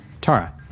Tara